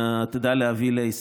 להביא להישג.